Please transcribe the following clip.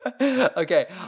Okay